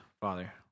Father